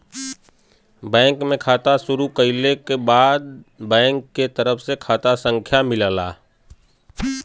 bank में खाता शुरू कइले क बाद बैंक के तरफ से खाता संख्या मिलेला